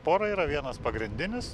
pora yra vienas pagrindinis